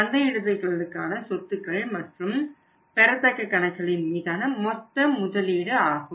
சந்தையிடுதலுக்கான சொத்துக்கள் மற்றும் பெறத்தக்க கணக்குகளின் மீதான மொத்த முதலீடு ஆகும்